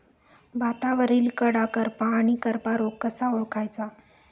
भातावरील कडा करपा आणि करपा रोग कसा ओळखायचा?